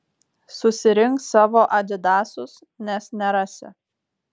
susirink savo adidasus nes nerasi